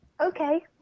Okay